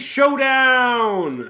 Showdown